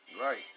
Right